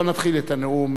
לא נתחיל את הנאום,